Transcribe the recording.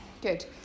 Good